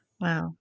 Wow